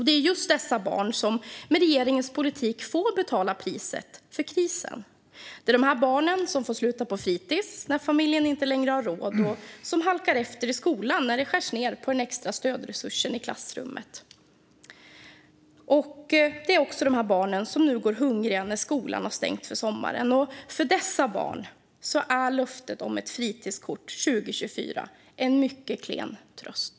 Det är just dessa barn som med regeringens politik får betala priset för krisen. Det är dessa barn som får sluta på fritis när familjen inte längre har råd och som halkar efter i skolan när det skärs ned på den extra stödresursen i klassrummet. Det är också dessa barn som nu går hungriga när skolan har stängt för sommaren. För dessa barn är löftet om ett fritidskort 2024 en mycket klen tröst.